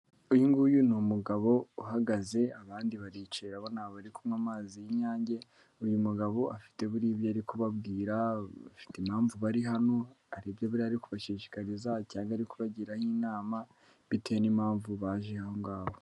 Uyu nguyu ni umugabo uhagaze abandi baricaye urabona bari kunywa amazi y'inyange. Uyu mugabo afite buriya ibyo ari kubabwira, bafite impamvu bari hano, hari ibyo buriya ari kubashishikariza cyangwa ari kubagiraho inama bitewe n'impamvu baje aho ngaho.